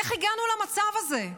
איך הגענו למצב הזה?